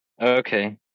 Okay